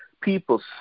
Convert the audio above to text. people